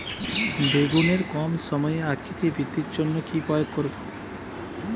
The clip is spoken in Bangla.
বেগুনের কম সময়ে আকৃতি বৃদ্ধির জন্য কি প্রয়োগ করব?